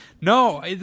No